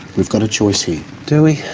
got a choice here. do we?